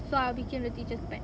so I became the teacher's pet